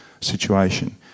situation